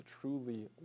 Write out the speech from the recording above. truly